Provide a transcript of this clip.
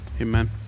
Amen